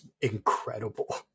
incredible